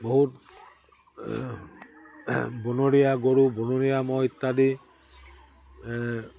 বহুত বনৰীয়া গৰু বনৰীয়া ম'হ ইত্যাদি